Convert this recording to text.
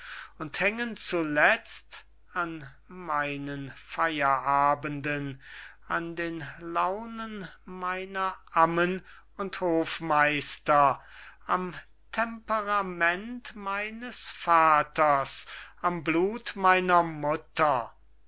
und hängen zuletzt an meinen feyerabenden an den launen meiner ammen und hofmeister am temperament meines vaters am blut meiner mutter